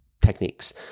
techniques